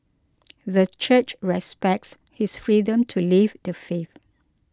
the Church respects his freedom to leave the faith